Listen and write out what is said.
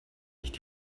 nicht